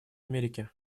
америки